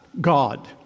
God